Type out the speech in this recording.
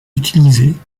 utilisés